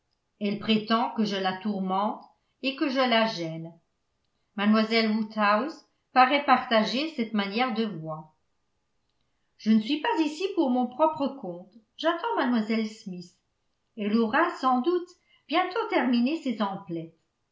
elle prétend que je la tourmente et que je la gêne mlle woodhouse paraît partager cette manière de voir je ne suis pas ici pour mon propre compte j'attends mlle smith elle aura sans doute bientôt terminé ses emplettes